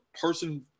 person